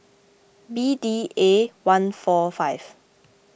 B D A one four five